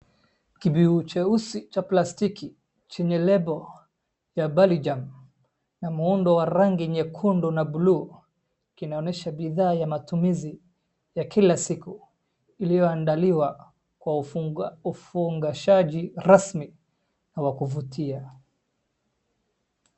Kibuyu cheusi cha plastiki chenye label ya Balijama na muundo wa rangi nyekundu na bluu kinaonyesha bidhaa ya matumizi ya kila siku iliyoandaliwa kwa ufungashaji rasmi na wa kuvutia.